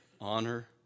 honor